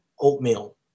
oatmeal